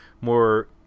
more